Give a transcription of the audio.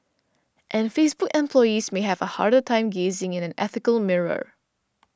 and Facebook employees may have a harder time gazing in an ethical mirror